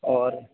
اور